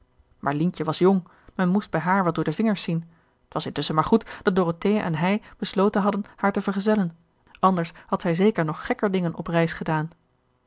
maar lientje was jong men moest bij haar wat door de vingers zien t was intusschen maar goed dat dorothea en hij besloten hadden haar te vergezellen anders had zij zeker nog gekker dingen op reis gedaan